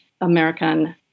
American